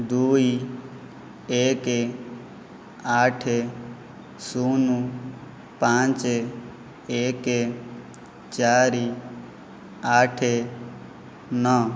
ଦୁଇ ଏକ ଆଠ ଶୂନ ପାଞ୍ଚ ଏକ ଚାରି ଆଠ ନଅ